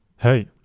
Hey